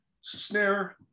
snare